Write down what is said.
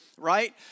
Right